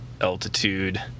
altitude